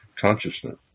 consciousness